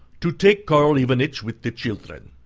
to take karl ivanitch with the children.